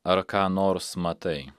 ar ką nors matai